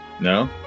no